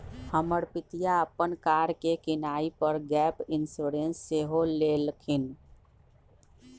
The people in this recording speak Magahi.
हमर पितिया अप्पन कार के किनाइ पर गैप इंश्योरेंस सेहो लेलखिन्ह्